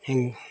ᱤᱧ